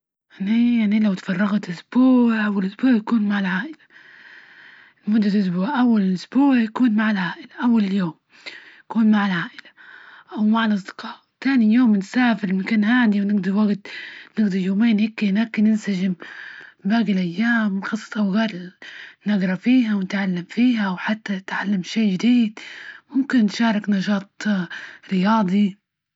أنى- أنى لو اتفرغت أسبوع والأسبوع يكون مع العائلة، لمدة أسبوع أول أسبوع، يكون مع العائلة، أول يوم يكون مع العائلة أو مع الأصدقاء. تاني يوم نسافر مكان هادي ونجضي وجت نجضى يومين هيكي هناك ننسجم باقي الأيام مخصص أو غير نقرا فيها ونتعلم فيها، وحتى تعلم شي جديد ممكن نشارك نشاط رياضي.